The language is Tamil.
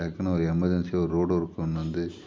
டக்குன்னு ஒரு எமர்ஜென்சியாக ஒரு ரோடு ஒர்க் ஒன்று வந்து